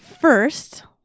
First